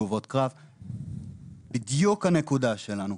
זו בדיוק הנקודה שלנו,